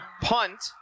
punt